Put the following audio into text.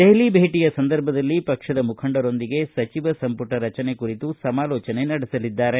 ದೆಹಲಿ ಭೇಟಿಯ ಸಂದರ್ಭದಲ್ಲಿ ಪಕ್ಷದ ಮುಖಂಡರೊಂದಿಗೆ ಸಚಿವ ಸಂಪುಟ ರಚನೆ ಕುರಿತು ಸಮಾಲೋಚನೆ ನಡೆಸಲಿದ್ದಾರೆ